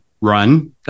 run